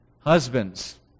Husbands